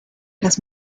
das